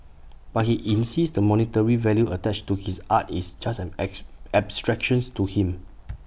but he insists the monetary value attached to his art is just an abstractions to him